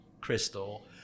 crystal